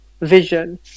vision